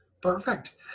perfect